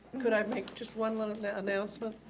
could i make just one little announcement?